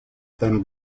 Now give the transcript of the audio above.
then